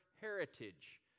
heritage